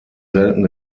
selten